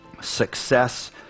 success